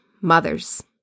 mothers